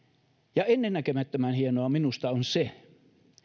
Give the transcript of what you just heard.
ja ennennäkemättömän hienoa minusta on se